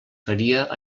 faria